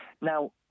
Now